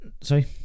Sorry